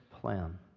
plan